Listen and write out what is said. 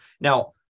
Now